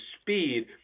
speed –